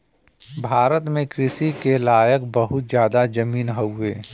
भारत में कृषि के लायक बहुत जादा जमीन हउवे